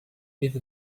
with